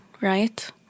right